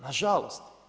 Nažalost.